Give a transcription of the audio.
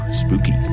spooky